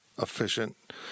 efficient